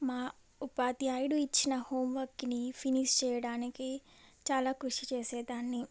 మా ఉపాధ్యాయుడు ఇచ్చిన హోంవర్క్ని ఫినిష్ చేయడానికి చాలా కృషి చేసేదాన్ని